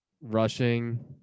Rushing